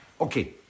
Okay